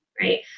right